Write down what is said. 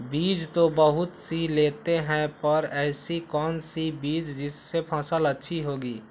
बीज तो बहुत सी लेते हैं पर ऐसी कौन सी बिज जिससे फसल अच्छी होगी?